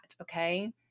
okay